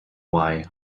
why